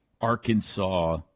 Arkansas